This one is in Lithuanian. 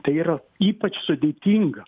tai yra ypač sudėtinga